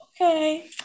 okay